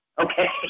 okay